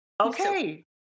Okay